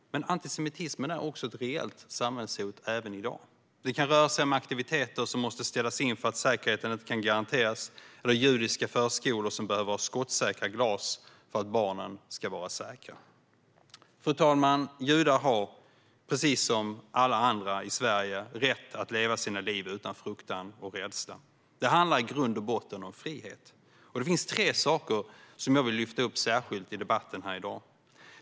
Men antisemitismen är också ett reellt samhällshot även i dag. Det kan röra sig om aktiviteter som måste ställas in för att säkerheten inte kan garanteras eller om judiska förskolor som behöver ha skottsäkra glas för att barnen ska vara säkra. Fru talman! Judar har, precis som alla andra i Sverige, rätt att leva sina liv utan fruktan och rädsla. Det handlar i grund och botten om frihet. Det finns tre saker som jag vill lyfta upp särskilt i debatten här i dag.